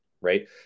right